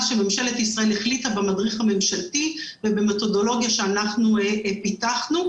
שממשלת ישראל החליטה במדריך הממשלתי ובמתודולוגיה שאנחנו פיתחנו.